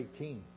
18